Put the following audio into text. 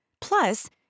Plus